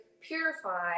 purify